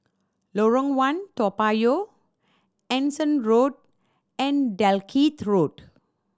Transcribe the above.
Lorong One Toa Payoh Anson Road and Dalkeith Road